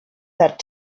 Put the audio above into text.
that